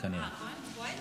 מירב כהן, כנראה.